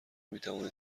میتوانید